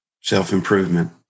self-improvement